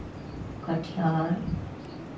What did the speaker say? Katihar